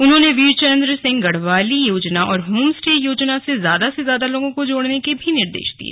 उन्होंने वीर चन्द्र सिंह गढ़वाली योजना और होम स्टे योजना से ज्यादा से ज्यादा लोगों को जोड़ने के भी निर्देश दिये